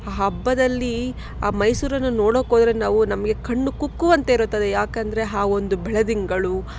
ಆ ಹಬ್ಬದಲ್ಲಿ ಆ ಮೈಸೂರನ್ನು ನೋಡೋಕೋದ್ರೆ ನಾವು ನಮಗೆ ಕಣ್ಣು ಕುಕ್ಕುವಂತೆ ಇರುತ್ತದೆ ಯಾಕಂದರೆ ಆ ಒಂದು ಬೆಳದಿಂಗಳು